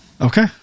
Okay